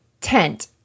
Tent